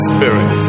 Spirit